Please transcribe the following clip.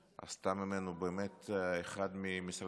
והשרה מירב כהן עשתה ממנו באמת אחד ממשרדי